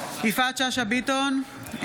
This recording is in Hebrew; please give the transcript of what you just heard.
יפעת שאשא ביטון,